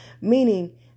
meaning